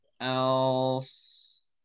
else